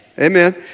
amen